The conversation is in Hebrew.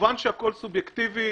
כמובן שהכול סובייקטיבי.